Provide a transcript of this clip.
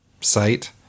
site